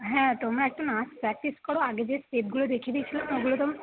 হ্যাঁ তোমরা একটা নাচ প্র্যাক্টিস করো আগে যে স্টেপগুলো দেখিয়ে দিয়েছিলাম ওগুলো তো